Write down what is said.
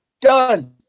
done